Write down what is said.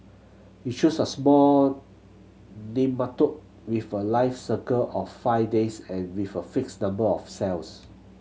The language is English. he chose a small nematode with a life cycle of five days and with a fixed number of cells